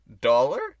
dollar